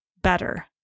better